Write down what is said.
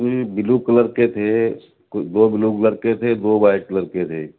بلو colour کے تھے کچھ دو بلو کلر کے تھے دو وائٹ کلر کے تھے